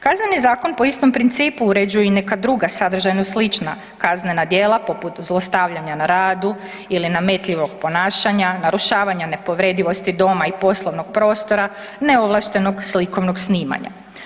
Kazneni zakon po istom principu uređuje i neka druga sadržajno slična kaznena djela poput zlostavljanja na radu ili nametljivog ponašanja, narušavanja nepovredivosti doma i poslovnog prostora, neovlaštenog slikovnog snimanja.